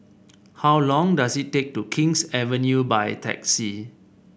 how long does it take to King's Avenue by taxi